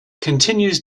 continues